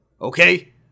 okay